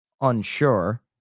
unsure